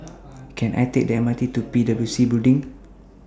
Can I Take The M R T to P W C Building